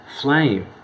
flame